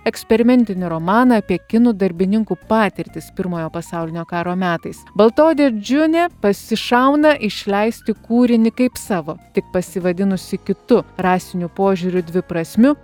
eksperimentinį romaną apie kinų darbininkų patirtis pirmojo pasaulinio karo metais baltaodė džiunė pasišauna išleisti kūrinį kaip savo tik pasivadinusi kitu rasiniu požiūriu dviprasmiu